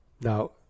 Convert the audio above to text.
Now